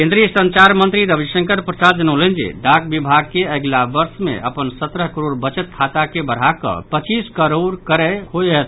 केन्द्रीय संचार मंत्री रविशंकर प्रसाद जनौलनि जे डाक विभाग के अगिला वर्ष मे अपन सत्रह करोड़ बचत खाता के बढ़ाकऽ पच्चीस करोड़ करय होयत